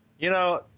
you know,